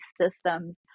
systems